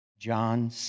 John